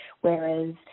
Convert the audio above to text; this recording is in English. whereas